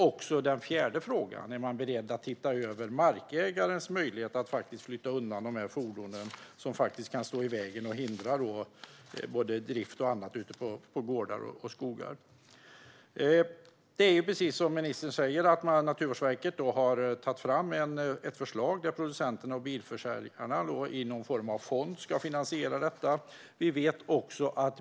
Fråga fyra var: Är man beredd att titta över markägarens möjlighet att flytta undan de här fordonen, som kan stå i vägen och hindra drift och annat på gårdar och i skogar? Precis som ministern säger har Naturvårdsverket tagit fram ett förslag om att producenterna och bilförsäljarna ska finansiera detta genom någon form av fond.